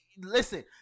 listen